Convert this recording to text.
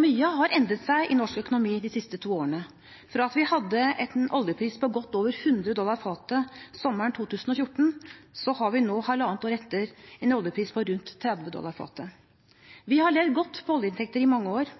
Mye har endret seg i norsk økonomi de siste to årene. Fra at vi hadde en oljepris på godt over 100 dollar fatet sommeren 2014, har vi nå, halvannet år etter, en oljepris på rundt 30 dollar fatet. Vi har levd godt på oljeinntekter i mange år.